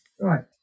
Right